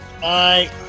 Bye